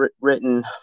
written